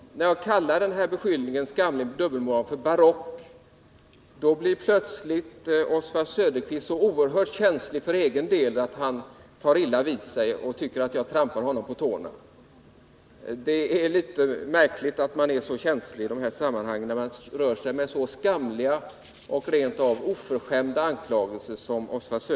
När jag betecknar beskyllningen för skamlig dubbelmoral som barock, tar Oswald Söderqvist illa vid sig och tycker att jag trampar honom på tårna. Det är märkligt att han är så känslig, när han själv rör sig med så skamliga och rent av oförskämda anklagelser.